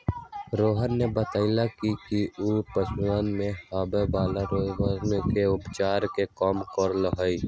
रोहन ने बतल कई कि ऊ पशुवन में होवे वाला रोगवन के उपचार के काम करा हई